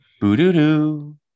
Boo-doo-doo